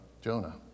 Jonah